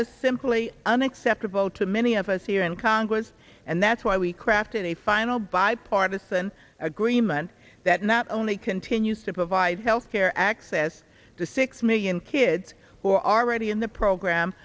was simply unacceptable to many of us here in congress and that's why we crafted a final bipartisan agreement that not only continues to provide health care access to six million kids who are already in the program